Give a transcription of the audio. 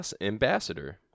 ambassador